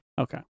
okay